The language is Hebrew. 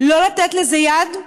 לא לתת לזה יד,